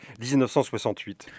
1968